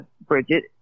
Bridget